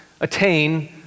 attain